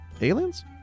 Aliens